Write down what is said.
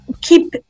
keep